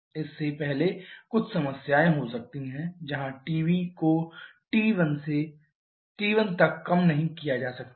इससे पहले कुछ समस्याएँ हो सकती हैं जहाँ TB को T1 तक कम नहीं किया जा सकता है